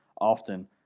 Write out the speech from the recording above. often